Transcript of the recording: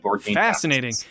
fascinating